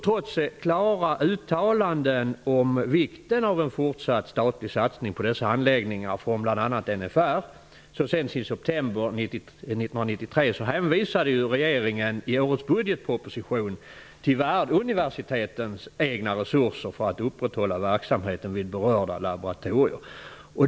Trots klara uttalanden om vikten av en fortsatt statlig satsning på dessa anläggningar, från bl.a. NFR så sent som i september 1993, hänvisade regeringen i årets budgetproposition till värduniversitetens egna resurser för att upprätthålla verksamheten vid berörda laboratorier.